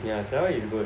ya Sarah is good